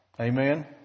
Amen